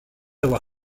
avoir